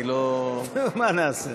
אני לא, מה נעשה.